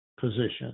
position